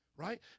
Right